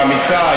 האמיצה,